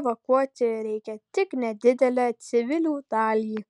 evakuoti reikia tik nedidelę civilių dalį